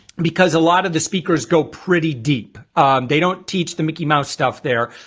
because a lot of the speakers go pretty deep they don't teach the mickey mouse stuff there.